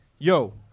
Yo